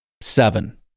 seven